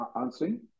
answering